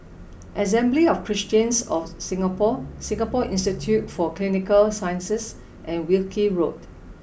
Assembly of Christians of Singapore Singapore Institute for Clinical Sciences and Wilkie Road